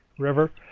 river.